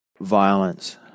violence